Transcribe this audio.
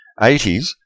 80s